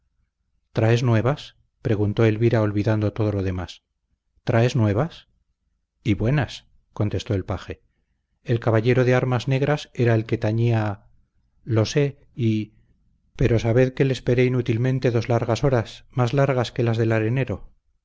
traes nuevas preguntó elvira olvidando todo lo demás traes nuevas y buenas contestó el paje el caballero de las armas negras era el que tañía lo sé y pero sabed que le esperé inútilmente dos largas horas más largas que las del arenero